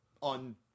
on